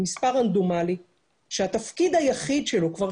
הוא מספר רנדומלי שהתפקיד היחיד שלו כבר